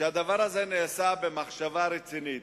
שהדבר הזה נעשה במחשבה רצינית.